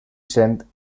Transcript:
sent